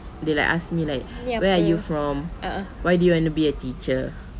they like ask me like where are you from why do you want to be a teacher